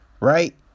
Right